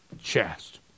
chest